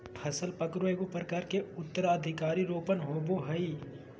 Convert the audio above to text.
फसल पकरो एगो प्रकार के उत्तराधिकार रोपण होबय हइ